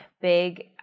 big